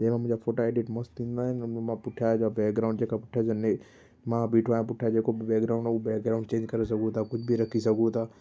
जंहिंमें मुंहिंजा फ़ोटा एडिट मस्तु थींदा आहिनि उन में मां पुठियां जा बैकग्राउंड जेका पुठियां जा ने मां बीठो आहियां पुठियां जेको बि बैकग्राउंड आहे उहो बैकग्राउंड चेंज करे सघूं था कुझु बि रखी सघूं था